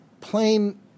plain